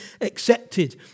accepted